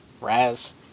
Raz